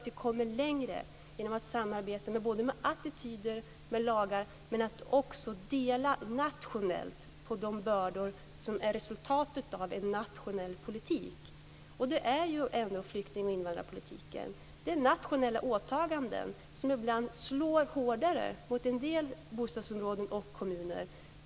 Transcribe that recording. Vi kommer längre genom att samarbeta i fråga om attityder och lagar men också genom att nationellt dela på de bördor som är resultatet av en nationell politik - och det är flykting och invandrarpolitiken. Det är fråga om nationella åtaganden som ibland slår hårdare mot en del bostadsområden och kommuner.